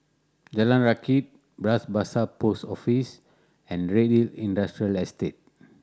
Jalan Rakit Bras Basah Post Office and Redhill Industrial Estate